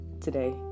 today